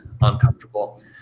uncomfortable